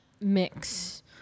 mix